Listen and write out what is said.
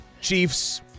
Chiefs